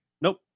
Nope